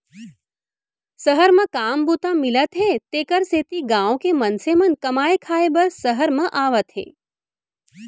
सहर म काम बूता मिलत हे तेकर सेती गॉँव के मनसे मन कमाए खाए बर सहर म आवत हें